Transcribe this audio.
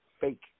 fake